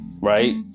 Right